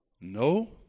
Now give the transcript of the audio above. No